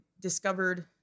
discovered